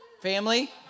Family